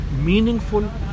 Meaningful